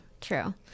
true